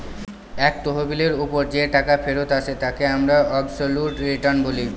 এক তহবিলের ওপর যে টাকা ফেরত আসে তাকে আমরা অবসোলুট রিটার্ন বলি